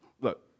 look